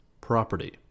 property